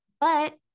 But-